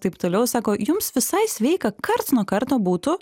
taip toliau sako jums visai sveika karts nuo karto būtų